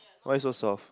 why so soft